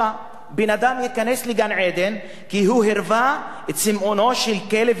בן-אדם ייכנס לגן-עדן כי הוא הרווה את צימאונו של כלב צמא.